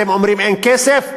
אתם אומרים אין כסף?